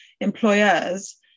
employers